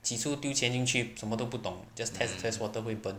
起初丢钱进去什么都不懂 just test test water 亏本